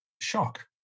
shock